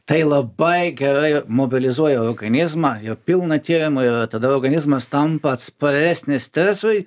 tai labai gerai mobilizuoja organizmą yra pilna tyrimų yra tada organizmas tampa atsparesnis stresui